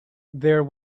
there